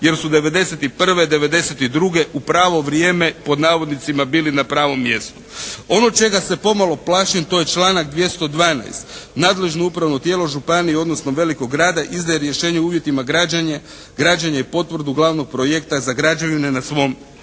Jer su '91., '92. u pravo vrijeme, pod navodnicima, "bili na pravom mjestu". Ono čega se pomalo plašim to je članak 212. nadležno upravno tijelo županije odnosno velikog grada izdaje rješenja o uvjetima građenja i potvrdu glavnog projekta za građevine na svom području.